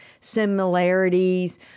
similarities